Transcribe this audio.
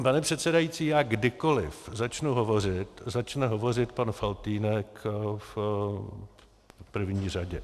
Pane předsedající, kdykoliv začnu hovořit, začne hovořit pan Faltýnek v první řadě.